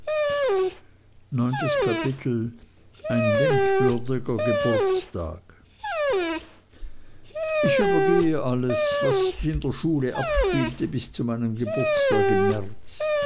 neuntes kapitel ein denkwürdiger geburtstag ich übergehe alles was sich in der schule abspielte bis zu meinem geburtstag im märz